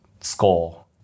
score